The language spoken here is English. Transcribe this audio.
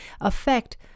affect